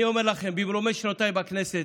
אני אומר לכם ממרומי שנותיי בכנסת,